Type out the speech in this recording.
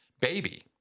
baby